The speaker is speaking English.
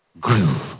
grew